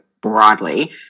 broadly